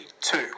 two